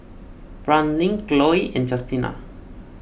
Brandin Khloe and Justina